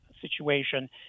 situation